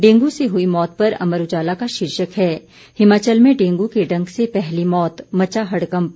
dengue से हुई मौत पर अमर उजाला का शीर्षक है हिमाचल में डेंगू के डंक से पहली मौत मचा हड़कम्प